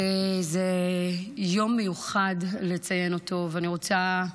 זה יום מיוחד לציין אותו, ואני רוצה,